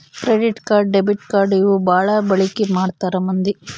credit card debit card ಇವು ಬಾಳ ಬಳಿಕಿ ಮಾಡ್ತಾರ ಮಂದಿ